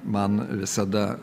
man visada